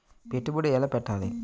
పెట్టుబడి ఎలా పెట్టాలి?